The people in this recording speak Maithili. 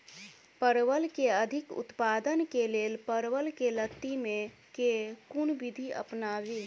परवल केँ अधिक उत्पादन केँ लेल परवल केँ लती मे केँ कुन विधि अपनाबी?